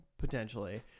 Potentially